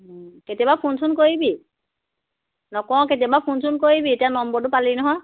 কেতিয়াবা ফোন চোন কৰিবি নকওঁ কেতিয়াবা ফোন চোন কৰিবি এতিয়া নম্বৰটো পালি নহয়